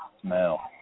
smell